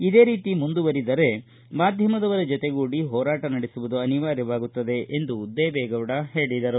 ಇದೆ ರೀತಿ ಮುಂದುವರೆದರೆ ಮಾಧ್ಯಮದವರ ಜತೆ ಹೋರಾಟ ನಡೆಸುವುದು ಅನಿವಾರ್ಯವಾಗುತ್ತದೆ ಎಂದು ದೇವೆಗೌಡ ಹೇಳಿದರು